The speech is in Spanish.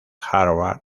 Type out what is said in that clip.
harvard